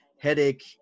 headache